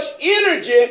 energy